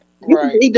right